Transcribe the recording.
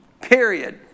Period